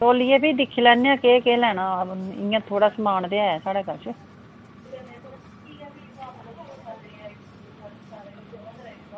तौलियै बी दिक्खी लैन्ने आं केह् केह् लैना इ'यां थोह्ड़ा समान ते ऐ साढ़ा कश